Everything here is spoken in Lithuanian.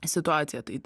situacija tai